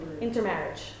Intermarriage